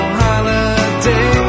holiday